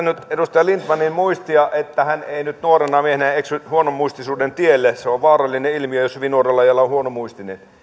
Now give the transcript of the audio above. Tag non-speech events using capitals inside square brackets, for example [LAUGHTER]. [UNINTELLIGIBLE] nyt edustaja lindtmanin muistia että hän ei nyt nuorena miehenä eksy huonomuistisuuden tielle se on vaarallinen ilmiö jos hyvin nuorella iällä on huonomuistinen